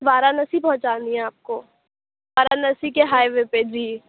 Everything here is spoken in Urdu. وارانسی پہنچانی ہے آپ کو وارانسی کے ہائی وے پہ جی